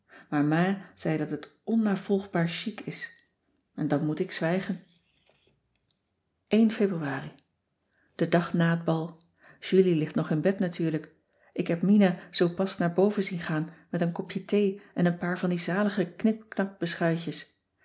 maar ma zei dat het onnavolgbaar chic is en dan moet ik zwijgen ebruari e dag na het bal julie ligt nog in bed natuurlijk ik heb mina zoo pas naar boven zien gaan met een kopje thee en een paar van die zalige knip knap beschuitjes